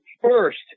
first